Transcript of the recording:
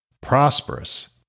prosperous